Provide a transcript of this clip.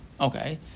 okay